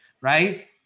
right